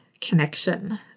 connection